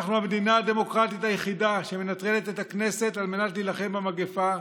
אנחנו המדינה הדמוקרטית היחידה שמנטרלת את הכנסת כדי להילחם במגפה.